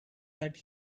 that